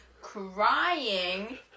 crying